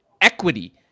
equity